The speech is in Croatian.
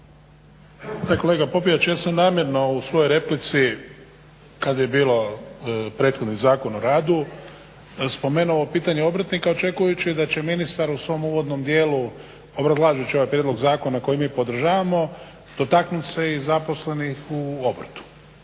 kolega Popijač ja sam namjerno u svojoj replici kad je bio prethodni Zakon o radu spomenuo pitanje obrtnika očekujući da će ministar u svom uvodnom dijelu obrazlažući ovaj prijedlog zakona koji mi podržavamo dotaknuti se i zaposlenih u obrtu.